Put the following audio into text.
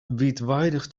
wiidweidich